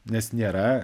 nes nėra